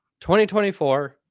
2024